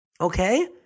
okay